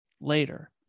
later